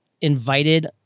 invited